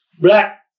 black